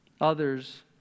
Others